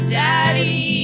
daddy